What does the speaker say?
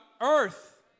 earth